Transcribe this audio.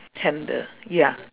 handle ya